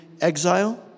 exile